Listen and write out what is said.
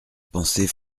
pensée